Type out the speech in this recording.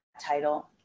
title